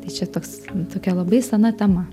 tai čia toks tokia labai sena tema